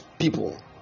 people